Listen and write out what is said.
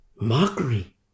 Mockery